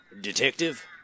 Detective